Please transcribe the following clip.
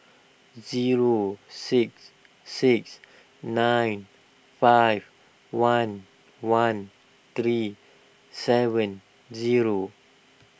zero six six nine five one one three seven zero